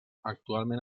actualment